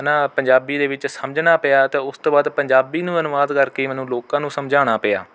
ਹੈ ਨਾ ਪੰਜਾਬੀ ਦੇ ਵਿੱਚ ਸਮਝਣਾ ਪਿਆ ਅਤੇ ਉਸ ਤੋਂ ਪੰਜਾਬੀ ਨੂੰ ਅਨੁਵਾਦ ਕਰਕੇ ਮੈਨੂੰ ਲੋਕਾਂ ਨੂੰ ਸਮਝਾਉਣਾ ਪਿਆ